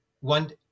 one